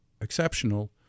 exceptional